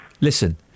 listen